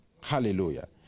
Hallelujah